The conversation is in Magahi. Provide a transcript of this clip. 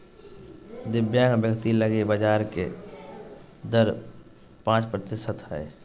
दिव्यांग व्यक्ति लगी ब्याज के दर पांच प्रतिशत हइ